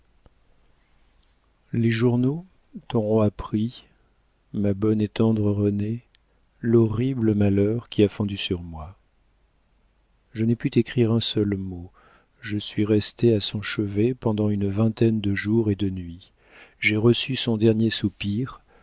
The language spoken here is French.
les journaux t'auront appris ma bonne et tendre renée l'horrible malheur qui a fondu sur moi je n'ai pu t'écrire un seul mot je suis restée à son chevet pendant une vingtaine de jours et de nuits j'ai reçu son dernier soupir